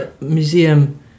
museum